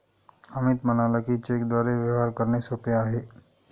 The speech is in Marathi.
अमित म्हणाला की, चेकद्वारे व्यवहार करणे सोपे आहे